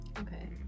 Okay